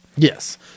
Yes